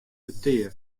petear